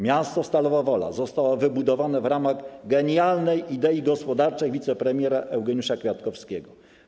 Miasto Stalowa Wola zostało wybudowane w ramach genialnej idei gospodarczej wicepremiera Eugeniusza Kwiatkowskiego.